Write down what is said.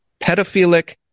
pedophilic